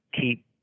keep